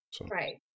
Right